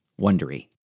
Wondery